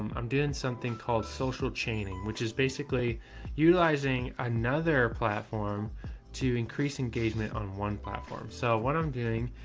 i'm doing something called social change, which is basically utilizing another platform to increase engagement on one platform. so what i'm doing,